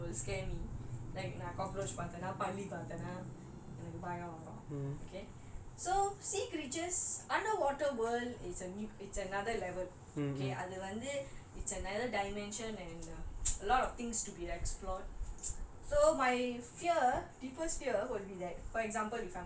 like you know if land creatures already some will scare me like you know cockroach பாத்தேனா பல்லி பாத்தேனா எனக்கு பயம் வரும்:pathenaa palli pathenaa enakku bayam varum okay so sea creatures underwater world is a new it's another level okay அது வந்து:athu vanthu it's another dimension and err a lot of things to be explored